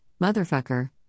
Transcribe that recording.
motherfucker